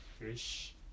fish